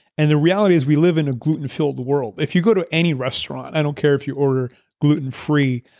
and the reality is we live in a gluten filled world. if you go to any restaurant, i don't care if you order gluten free,